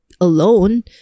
alone